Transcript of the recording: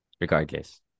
regardless